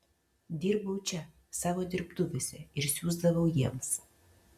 dirbau čia savo dirbtuvėse ir siųsdavau jiems